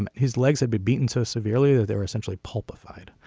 and his legs had been beaten so severely that they were essentially pulp rfid.